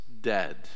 dead